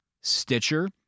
Stitcher